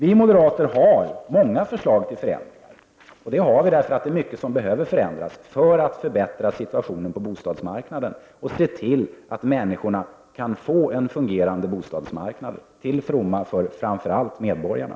Vi moderater har många förslag till förändringar av den anledningen att mycket behöver förändras för att förbättra situationen på bostadsmarknaden och se till att människorna kan få en fungerande bostadsmarknad, en bostadsmarknad till fromma för framför allt medborgarna.